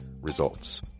Results